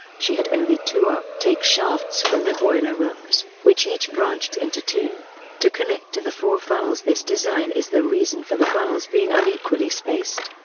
she had only two uptake shafts from the boiler rooms, which each branched into two to connect to the four funnels this design is the reason for the funnels being unequally spaced.